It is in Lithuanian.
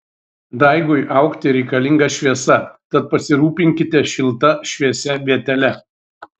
daigui augti reikalinga šviesa tad pasirūpinkite šilta šviesia vietele